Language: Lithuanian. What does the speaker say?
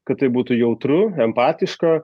kad tai būtų jautru empatiška